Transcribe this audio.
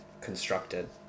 constructed